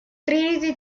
trinity